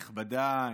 כנסת נכבדה,